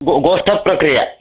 गौः गोष्ठिप्रक्रिया